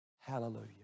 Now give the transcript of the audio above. Hallelujah